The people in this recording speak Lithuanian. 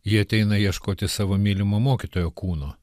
jie ateina ieškoti savo mylimo mokytojo kūno